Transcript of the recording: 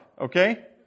Okay